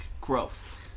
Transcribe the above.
growth